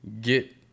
get